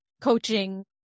coaching